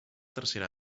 tercera